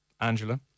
Angela